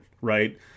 right